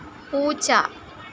പൂച്ച